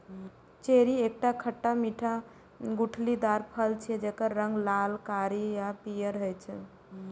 cherry एकटा खट्टा मीठा गुठलीदार फल छियै, जेकर रंग लाल, कारी आ पीयर होइ छै